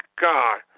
God